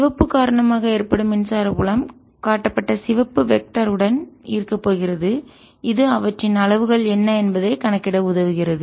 சிவப்பு காரணமாக ஏற்படும் மின்சார புலம் காட்டப்பட்ட சிவப்பு வெக்டர் உடன் திசையனுடன் இருக்க போகிறது இது அவற்றின் அளவுகள் என்ன என்பதை கணக்கிட உதவுகிறது